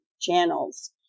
channels